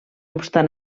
obstant